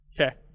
Okay